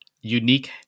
unique